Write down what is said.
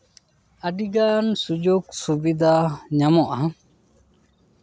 ᱟᱹᱰᱤᱜᱟᱱ ᱥᱩᱡᱳᱜ ᱥᱩᱵᱤᱫᱷᱟ ᱧᱟᱢᱚᱜᱼᱟ